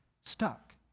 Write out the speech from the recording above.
stuck